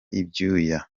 ibyuya